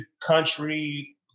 country